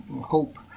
hope